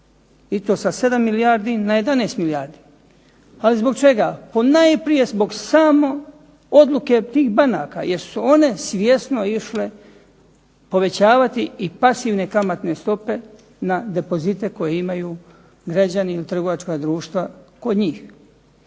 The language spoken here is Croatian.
i to sa 7 milijardi na 11 milijardi. Ali zbog čega? Ponajprije zbog samo odluke tih banaka jer su one svjesno išle povećavati i pasivne kamatne stope na depozite koje imaju građani, trgovačka društva kod njih